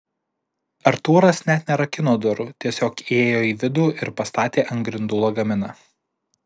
artūras net nerakino durų tiesiog įėjo į vidų ir pastatė ant grindų lagaminą